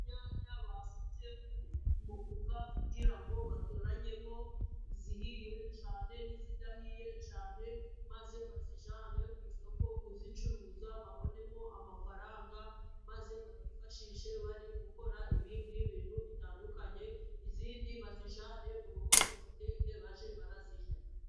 Inyanya basutse ku mufuka kugira ngo batoranyemo izihiye cyane n'izidahiye cyane, maze bazijyane ku isoko kuzicuruza babonemo amafaranga maze bayifashishe bari gukora ibindi bintu bitandukanye, izindi bazijyane mu rugo baziteke bajye barazirya.